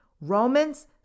Romans